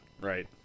right